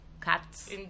Cats